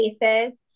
cases